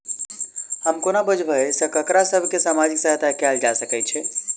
हम कोना बुझबै सँ ककरा सभ केँ सामाजिक सहायता कैल जा सकैत छै?